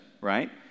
right